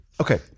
okay